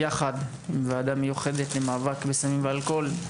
יחד עם הוועדה המיוחדת למאבק בסמים ואלכוהול,